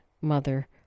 mother